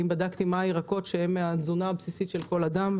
האם בדקת מהם הירקות שנחשבים תזונה בסיסית של כל אדם.